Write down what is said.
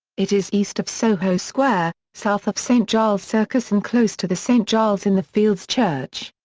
it is east of soho square, south of st giles circus and close to the st giles in the fields church.